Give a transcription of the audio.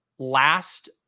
last